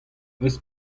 eus